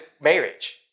marriage